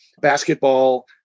basketball